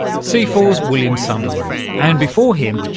cifor's william sunderlin, and, before him,